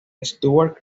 stuart